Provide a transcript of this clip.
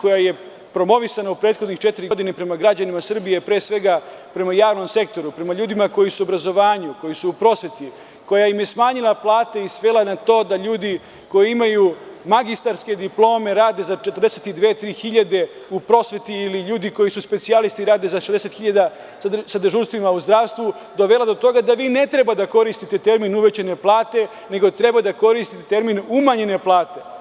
koja je promovisana u prethodnih četiri godine prema građanima Srbije, pre svega prema javnom sektoru i prema ljudima koji su u obrazovanju, koji su u prosveti, koja im je smanjila plate i svela na to da ljudi koji imaju magistarske diplome rade za 42 ili 43 hiljade u prosveti ili ljudi koji su specijalisti i rade za 60 hiljada sa dežurstvima u zdravstvu, dovela do toga da vi ne treba da koristite termin – uvećane plate, nego treba da koristite termin – umanjene plate.